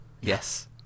Yes